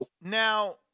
Now